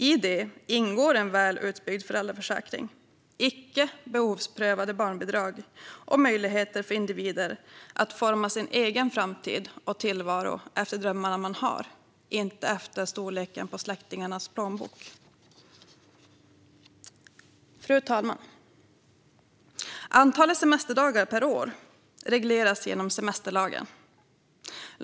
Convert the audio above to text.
I detta ingår en väl utbyggd föräldraförsäkring, icke behovsprövade barnbidrag och möjligheter för individer att forma sin egen framtid och tillvaro efter de drömmar de har - inte efter storleken på släktingarnas plånbok. Fru talman! Antalet semesterdagar per år regleras genom semesterlagen.